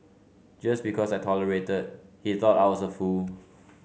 just because I tolerated he thought I was a fool